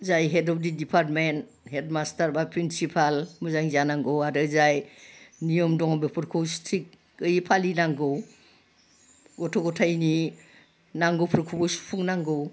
जाय head of department headmaster बा principal मोजां जानांगौ आरो जाय नियम दङ बेफोरखौ स्ट्रिकयै फालिनांगौ गथ' गथायनि नांगौफोरखौबो सुफुंनांगौ